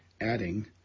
adding